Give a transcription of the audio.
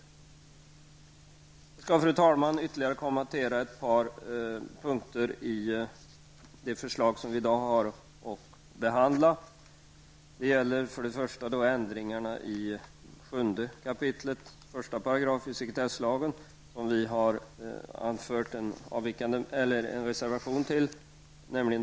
Jag skall, fru talman, kommentera ytterligare ett par punkter i det förslag som vi i dag har att behandla. Till förslaget om ändring i 7 kap. 1 § sekretesslagen har vi avgivit en reservation, nämligen reservation nr 7.